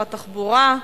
שיחליף את שר התחבורה.